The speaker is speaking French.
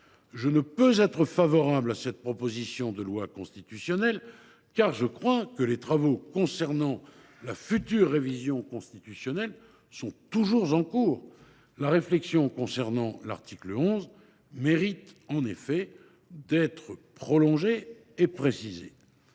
je ne saurais être favorable à cette proposition de loi constitutionnelle, car les travaux relatifs à la future révision constitutionnelle sont toujours en cours. La réflexion menée autour de l’article 11 mérite en effet d’être prolongée et précisée.